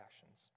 passions